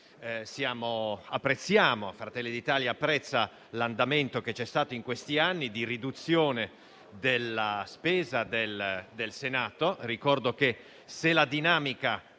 Anche Fratelli d'Italia apprezza l'andamento di questi anni di riduzione della spesa del Senato. Ricordo che, se la dinamica